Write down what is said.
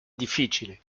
difficile